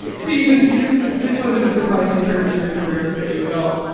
so you you this this wasn't a surprising turn in your career for you at all?